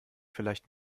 vielleicht